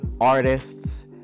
artists